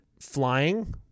flying